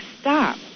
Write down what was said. stop